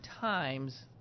Times